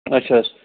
اچھا حظ